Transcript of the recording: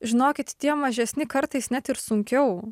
žinokit tie mažesni kartais net ir sunkiau